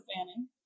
Fanning